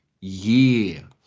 year